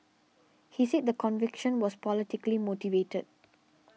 he said the conviction was politically motivated